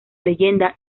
leyenda